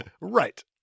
Right